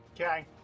Okay